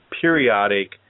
periodic